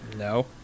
No